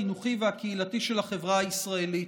החינוכי והקהילתי של החברה הישראלית.